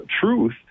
truth